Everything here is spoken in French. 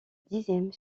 dixième